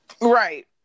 Right